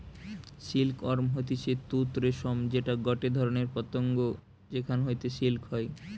silk worm হতিছে তুত রেশম যেটা গটে ধরণের পতঙ্গ যেখান হইতে সিল্ক হয়